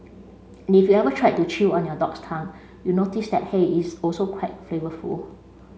and if you ever tried to chew on your dog's tongue you notice that hey is also quite flavourful